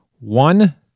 One